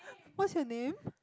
what's your name